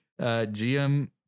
gm